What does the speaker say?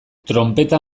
tronpeta